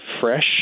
fresh